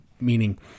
meaning